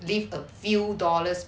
leave a few dollars behind